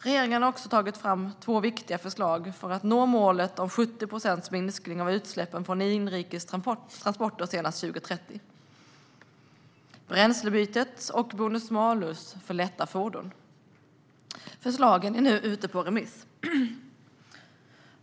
Regeringen har också tagit fram två viktiga förslag för att nå målet om 70 procents minskning av utsläppen från inrikes transporter senast 2030: bränslebytet och bonus-malus för lätta fordon. Förslagen är nu ute på remiss.